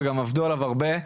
וגם עבדו עליו הרבה,